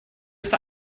for